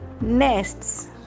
nests